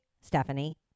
Stephanie